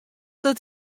dat